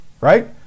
right